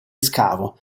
scavo